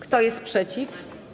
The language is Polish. Kto jest przeciw?